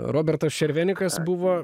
robertas šervenikas buvo